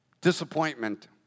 disappointment